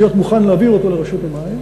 להעביר אותו לרשות המים,